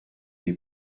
les